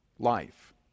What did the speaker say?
Life